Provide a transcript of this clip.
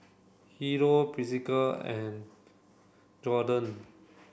Hideo Priscilla and Jordon